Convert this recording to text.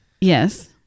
Yes